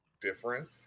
different